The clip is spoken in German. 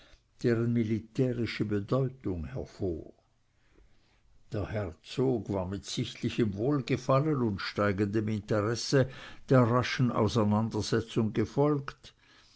deren militärische bedeutung hervor der herzog war mit sichtlichem wohlgefallen und steigendem interesse der raschen auseinandersetzung gefolgt